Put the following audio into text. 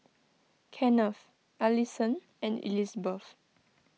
Kenneth Alison and Elizbeth